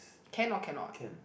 cannot cannot